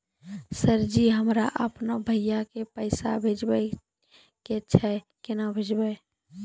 Sir ji हमरा अपनो भाई के पैसा भेजबे के छै, केना भेजबे?